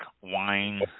wine